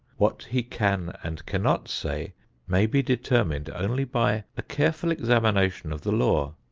what he can and cannot say may be determined only by a careful examination of the law,